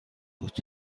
بود